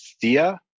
Thea